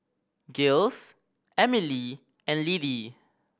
Giles Emilee and Lidie